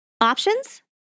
options